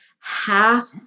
half